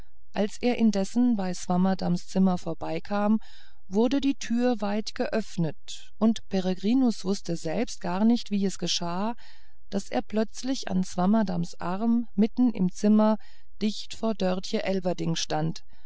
als er indessen bei swammerdamms zimmer vorbeikam wurde die türe weit geöffnet und peregrinus wußte selbst gar nicht wie es geschah daß er plötzlich an swammerdamms arm mitten im zimmer dicht vor dörtje elverdink stand